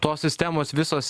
tos sistemos visos